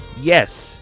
Yes